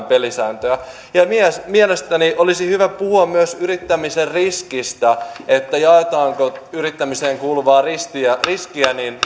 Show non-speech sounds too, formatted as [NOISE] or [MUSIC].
[UNINTELLIGIBLE] pelisääntöä ja mielestäni olisi hyvä puhua myös yrittämisen riskistä että jaetaanko yrittämiseen kuuluvaa riskiä riskiä